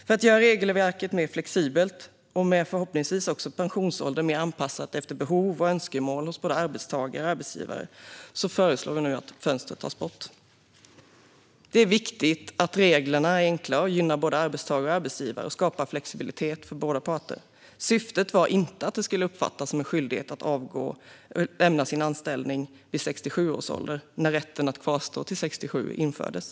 För att göra regelverket mer flexibelt och förhoppningsvis också pensionsåldern mer anpassad efter behov och önskemål från både arbetstagare och arbetsgivare föreslår vi nu att det fönstret tas bort. Det är viktigt att reglerna är enkla och gynnar både arbetstagare och arbetsgivare och skapar flexibilitet för båda parter. Syftet var inte att det skulle uppfattas som en skyldighet att lämna sin anställning vid 67 års ålder när rätten att kvarstå till 67 infördes.